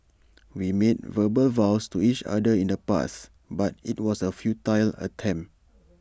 we made verbal vows to each other in the past but IT was A futile attempt